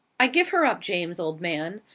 i give her up, james, old man.